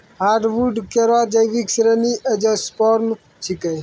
hardwood केरो जैविक श्रेणी एंजियोस्पर्म छिकै